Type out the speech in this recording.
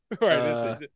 Right